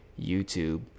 YouTube